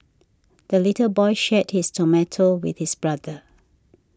the little boy shared his tomato with his brother